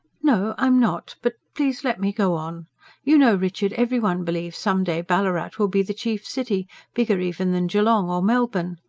no, i'm not. but please let me go on you know, richard, every one believes some day ballarat will be the chief city bigger even than geelong or melbourne.